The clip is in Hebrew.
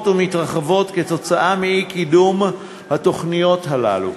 ומתרחבות עקב אי-קידום התוכניות האלה,